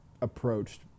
approached